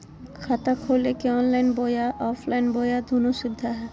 खाता खोले के ऑनलाइन बोया ऑफलाइन बोया दोनो सुविधा है?